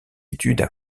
études